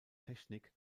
technik